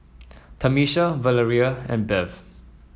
Tamisha Valeria and Bev